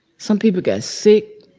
some people got sick.